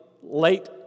late